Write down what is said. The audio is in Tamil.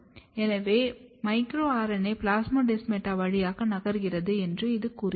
எனவே மைக்ரோ RNA பிளாஸ்மோடெஸ்மாடா வழியாக நகர்கிறது என்று இது கூறுகிறது